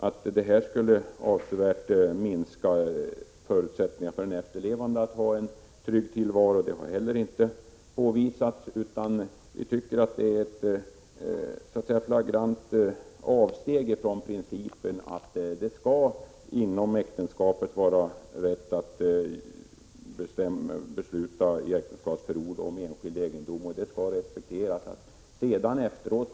Att förslaget skulle avsevärt minska förutsättningarna för den efterlevande att få en trygg tillvaro har inte heller påvisats. Vi tycker detta är ett flagrant avsteg från principen att det skall finnas en rätt att besluta om enskild egendom inom äktenskapet genom äktenskapsförord, som skall respekteras.